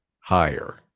higher